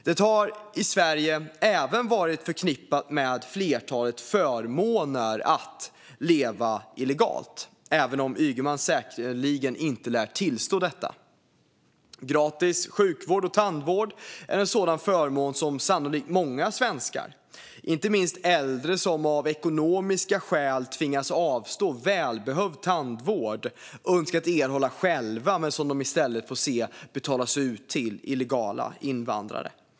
Det har i Sverige även varit förknippat med ett flertal förmåner att leva illegalt, även om Ygeman säkerligen inte lär tillstå detta. Gratis sjukvård och tandvård är en sådan förmån som sannolikt många svenskar, inte minst äldre som av ekonomiska skäl tvingas avstå välbehövd tandvård, önskat erhålla själva men i stället får se betalas ut till illegala invandrare.